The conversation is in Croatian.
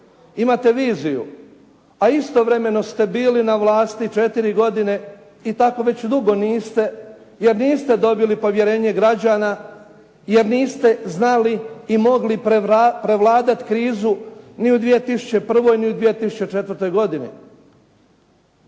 imate viziju, a istovremeno ste bili na vlasti 4 godine i tako već dugo niste, jer niste dobili povjerenje građana, jer niste znali i mogli prevladati krizu ni u 2001., ni u 2994. godini.